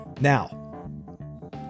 Now